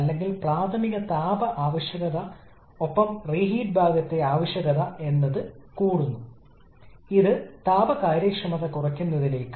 അതിനാൽ ഇന്ന് നമ്മൾ അത് ഉപയോഗിക്കാൻ പോകുന്ന ഒരു സംഖ്യാ ഉദാഹരണത്തിൽ നിന്ന് ആരംഭിക്കും ഐസന്റ്രോപിക് കാര്യക്ഷമതയുടെ ആശയം